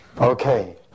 Okay